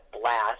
blast